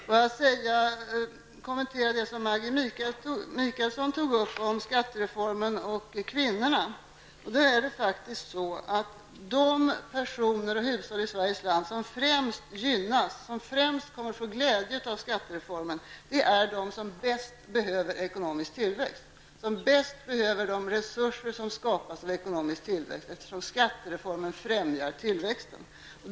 Sedan några kommentarer till det som Maggi Mikaelsson nämnde om skattereformen och kvinnorna. De personer och de hushåll i Sverige som främst gynnas, som främst kommer att få glädje av skattereformen, är de som bäst behöver en ekonomisk tillväxt, dvs. som bäst behöver de resurser som skapas vid ekonomisk tillväxt. Skattereformen främjar ju tillväxten.